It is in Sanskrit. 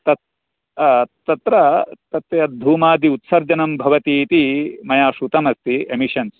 तत् तत्र तस्य धूमादि उत्सर्जनं भवति इति मया श्रुतमस्ति एमिषन्